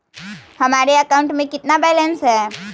हमारे अकाउंट में कितना बैलेंस है?